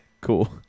Cool